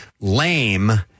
lame